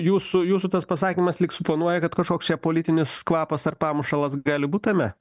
jūsų jūsų tas pasakymas lyg suponuoja kad kažkoks čia politinis kvapas ar pamušalas gali būt tame